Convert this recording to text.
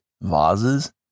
vases